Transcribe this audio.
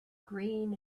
green